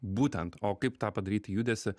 būtent o kaip tą padaryti judesį